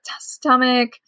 stomach